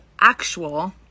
actual